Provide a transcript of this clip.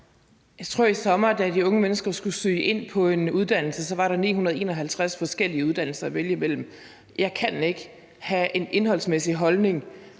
Egelund): I sommer, da de unge mennesker skulle søge ind på en uddannelse, tror jeg, at der var 951 forskellige uddannelser at vælge imellem. Jeg kan ikke have en holdning